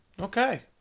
Okay